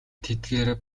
тэдгээр